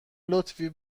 لطفی